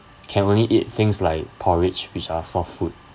can only eat things like porridge which are soft food